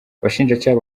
abashinjacyaha